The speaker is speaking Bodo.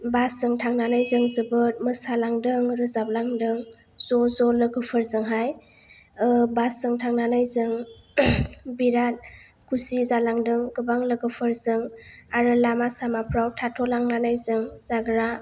बास जों थांनानै जों जोबोद मोसालांदों रोजाबलांदों ज' ज' लोगोफोरजोंहाय बास जों थांनानै जों बिराद खुसि जालांदों गोबां लोगोफोरजों आरो लामा सामाफ्राव थाथ'लांनानै जों जाग्रा